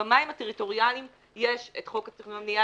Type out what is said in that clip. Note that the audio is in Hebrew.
במים הטריטוריאליים יש את חוק התכנון והבנייה,